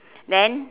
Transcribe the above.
then